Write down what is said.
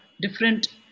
different